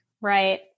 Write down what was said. right